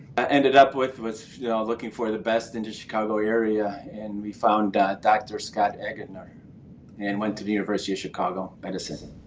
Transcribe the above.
i ended up with with yeah looking for the best in the chicago area, and we found that dr. scott eggener and went to the university of chicago medicine.